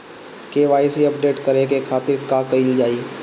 KYC update करे के खातिर का कइल जाइ?